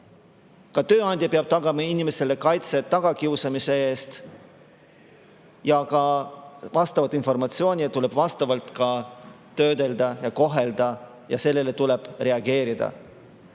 Tööandja peab tagama inimestele ka kaitse tagakiusamise eest. Vastavat informatsiooni tuleb vastavalt töödelda ja kohelda ning sellele tuleb reageerida.